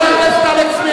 בוש והיכלם לך.